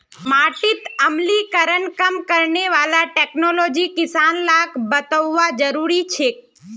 माटीत अम्लीकरण कम करने वाला टेक्नोलॉजी किसान लाक बतौव्वा जरुरी छेक